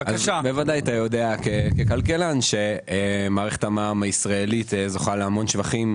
בוודאי אתה יודע ככלכלן שמערכת המע"מ הישראלית זוכה להמון שבחים,